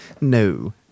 No